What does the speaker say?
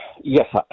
Yes